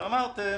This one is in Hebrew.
אמרתם: